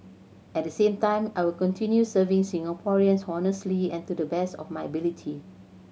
at the same time I will continue serving Singaporeans honestly and to the best of my ability